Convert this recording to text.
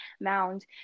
mound